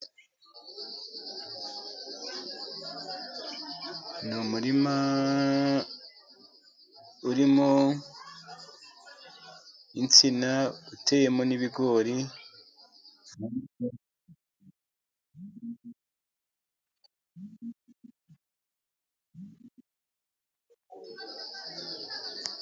Ni umurima urimo insina, uteyemo n'ibigori.